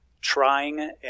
trying